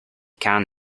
can